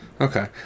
Okay